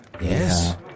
Yes